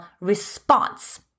response